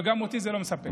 וגם אותי זה לא מספק.